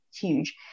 huge